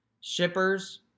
Shippers